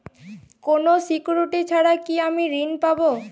কোনো সিকুরিটি ছাড়া কি আমি ঋণ পাবো?